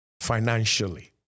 financially